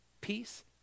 peace